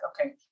okay